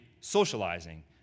socializing